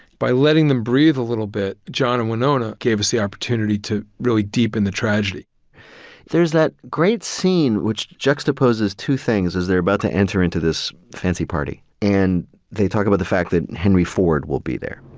by letting them breathe a little bit, john and winona gave us the opportunity to really deepen the tragedy. peter there's that great scene which juxtaposes two things as they're about to enter into this fancy party. and they talk about the fact that henry ford will be there.